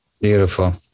Beautiful